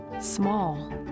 Small